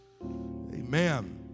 Amen